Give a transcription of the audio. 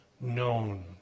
known